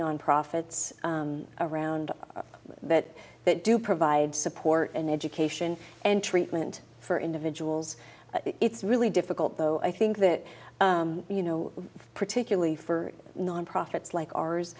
non profits around that that do provide support and education and treatment for individuals it's really difficult though i think that you know particularly for nonprofits like ours